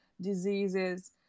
diseases